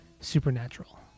supernatural